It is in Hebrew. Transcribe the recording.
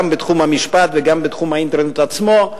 גם בתחום המשפט וגם בתחום האינטרנט עצמו,